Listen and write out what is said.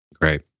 Great